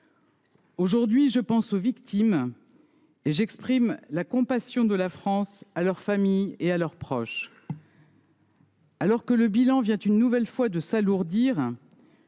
Aujourd’hui, je pense aux victimes et j’exprime la compassion de la France à leurs familles et à leurs proches. Alors que le bilan vient une nouvelle fois de s’alourdir,